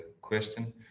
question